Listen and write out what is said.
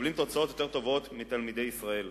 תוצאות יותר טובות מתלמידי ישראל.